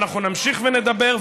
ואנחנו נמשיך ונדבר.